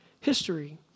history